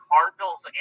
Cardinals